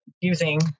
using